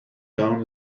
down